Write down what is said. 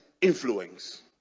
influence